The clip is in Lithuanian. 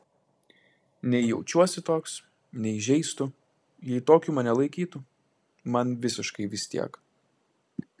nei jaučiuosi toks nei žeistų jei tokiu mane laikytų man visiškai vis tiek